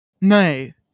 Nay